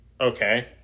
Okay